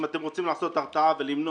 אם אתם רוצים לעשות הרתעה ולמנוע.